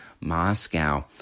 Moscow